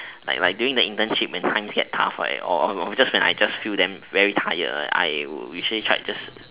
like like during the internship when times get tough right or when just I feel really tired usually I just